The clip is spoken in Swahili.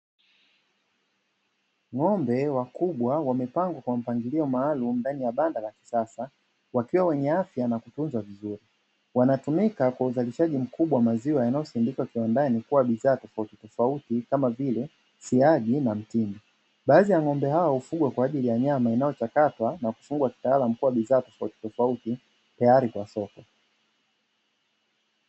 Ng'ombe wakubwa wamepangwa kwa mpangilio maalumu ndani ya banda la kisasa wakiwa wenye afya na kutunzwa vizuri , wanatumika kwa uzalishaji mkubwa wa maziwa yanayosindikwa kiwandani kuwa bidhaa tofauti tofauti kama vile: siagi na mtindi, baadhi ya ng'ombe hao hufugwa kwa ajili ya nyama inayochakatwa na kufungwa kitaalamu kuwa bidhaa tofauti tofauti tayari kwa soko.